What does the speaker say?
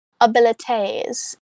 abilities